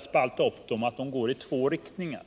spalta upp dem, och de går i två riktningar.